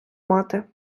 мати